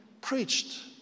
preached